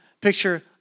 picture